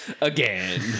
Again